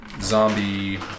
zombie